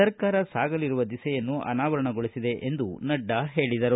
ಸರ್ಕಾರ ಸಾಗಲಿರುವ ದಿಸೆಯನ್ನು ಅನಾವರಣಗೊಳಿಸಿದೆ ಎಂದು ನಡ್ಡಾ ಹೇಳಿದರು